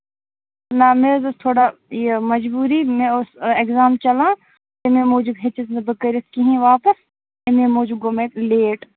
نہ مےٚ حظ ٲسۍ تھوڑا یہِ مَجبوٗری مےٚ اوس ایٚکزام چلان امے موٗجوٗب ہیٚچِس نہٕ بہٕ کٔرِتھ کِہیٖنٛۍ واپَس اَمے موٗجوٗب گوٚو مےٚ لیٹ